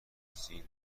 پرسید